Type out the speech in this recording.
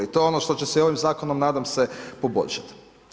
I to je ono što se i ovim zakonom nadam se poboljšati.